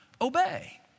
obey